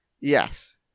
Yes